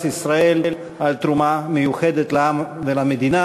ישראל על תרומה מיוחדת לעם ולמדינה.